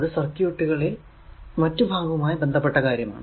അത് സർക്യൂട്ടിലെ മറ്റു ഭാഗവുമായി ബന്ധപ്പെട്ട കാര്യമാണ്